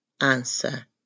Answer